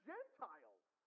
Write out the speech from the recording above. Gentiles